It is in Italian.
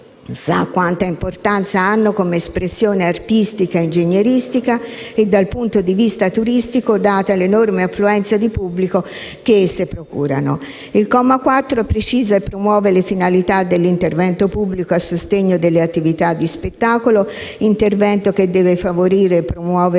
sa quanta importanza hanno come espressione artistica e ingegneristica e dal punto di vista turistico, data l'enorme affluenza di pubblico che essi procurano. Il comma 4 precisa e promuove le finalità dell'intervento pubblico a sostegno delle attività di spettacolo, intervento che deve favorire e promuovere,